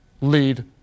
lead